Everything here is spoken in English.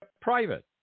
private